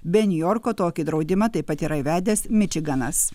be niujorko tokį draudimą taip pat yra įvedęs mičiganas